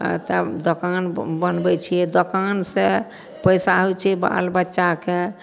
तब दोकान बनबै छिए दोकानसे पइसा होइ छै बाल बच्चाकेँ